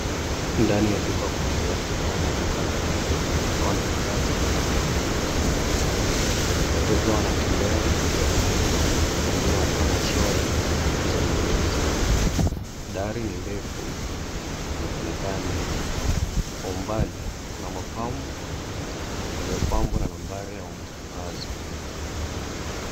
Ndani ya duka kubwa, au maduka makubwa kukiwa na bidhaa zimepangwa kwenye rafu ndefu. Wateja wanatembea kati ya njia wengine wakiwa na troli za ununuzi. Dari ni ndefu na kuna taa nyingi. Kwa umbali, kuna mapambo yaliyopambwa na nambari ya matangazo.